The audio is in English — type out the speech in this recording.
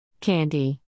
Candy